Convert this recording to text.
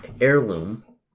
heirloom